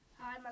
Hi